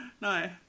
No